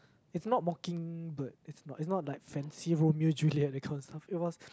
it's not Mockingbird it's not it's not like fancy Romeo Juliet that kind of stuff it was